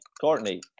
Courtney